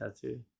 tattoo